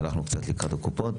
הלכנו קצת לקראת הקופות.